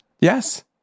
Yes